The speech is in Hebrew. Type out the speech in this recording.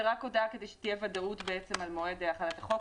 זה רק הודעה כדי שתהיה ודאות בעצם על מועד החלת החוק.